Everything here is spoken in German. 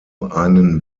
einen